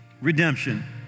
redemption